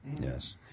Yes